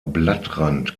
blattrand